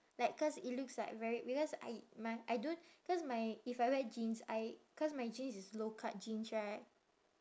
like cause it looks like very because I my I don't cause my if I wear jeans I cause my jeans is low cut jeans right